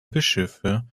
bischöfe